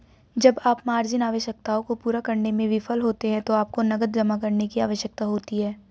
जब आप मार्जिन आवश्यकताओं को पूरा करने में विफल होते हैं तो आपको नकद जमा करने की आवश्यकता होती है